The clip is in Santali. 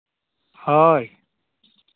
ᱦᱳᱭ